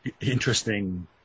interesting